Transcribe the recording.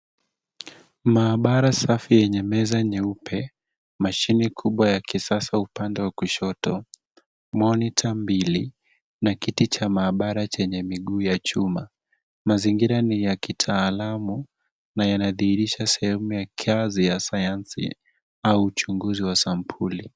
Maabara safi yenye meza nyeupe, mashini kubwa ya kisasa upande wa kushoto, monitor mbili na kiti cha maabara chenye miguu ya chuma. Mazingira ni ya kitaalamu na yanadhihirisha sehemu ya kazi ya kisayansi au uchunguzi wa sampuli.